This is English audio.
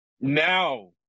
Now